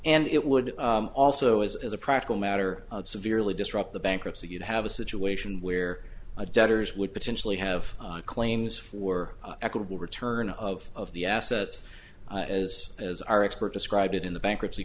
and it would also as a practical matter severely disrupt the bankruptcy you'd have a situation where debtors would potentially have claims for equitable return of the assets as as our expert described it in the bankruptcy